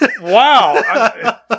Wow